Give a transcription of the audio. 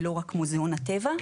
ולא רק מוזיאון הטבע?